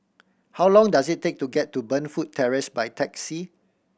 how long does it take to get to Burnfoot Terrace by taxi